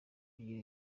kugira